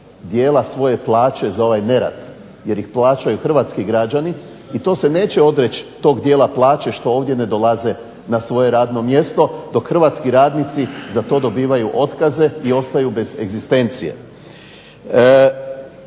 dijela svoje plaće za ovaj nerad, jer ih plaćaju hrvatski građani i to se neće odreći tog dijela plaće što ovdje ne dolaze na svoje radno mjesto, dok hrvatski radnici za to dobivaju otkaze i ostaju bez egzistencije.